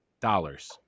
dollars